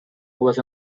was